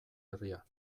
herria